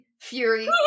Fury